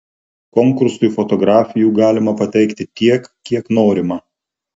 konkursui fotografijų galima pateikti tiek kiek norima